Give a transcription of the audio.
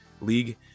League